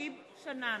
שכיב שנאן,